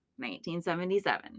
1977